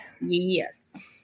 yes